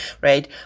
right